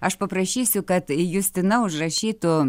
aš paprašysiu kad justina užrašytų